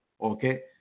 Okay